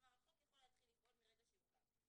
כלומר, החוק יכול להתחיל לפעול מהרגע שיוחלט.